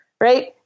right